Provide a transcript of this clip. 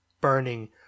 burning